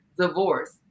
divorce